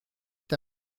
est